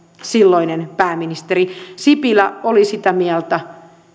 silloin pääministeri sipilä oli sitä mieltä